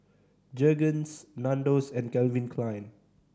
Jergens Nandos and Calvin Klein